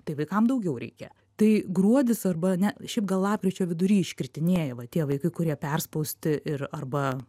tai vaikam daugiau reikia tai gruodis arba ne šiaip gal lapkričio vidury iškritinėja va tie vaikai kurie perspausti ir arba